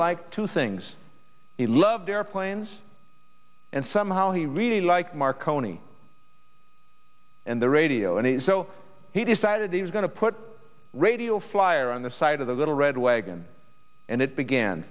like to things he loved airplanes and somehow he really liked marconi and the radio and so he decided he was going to put radio flyer on the side of the little red wagon and it began